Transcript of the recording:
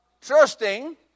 trusting